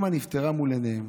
אימא נפטרה מול עיניהם,